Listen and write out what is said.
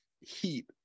heat